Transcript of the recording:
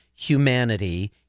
humanity